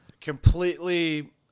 completely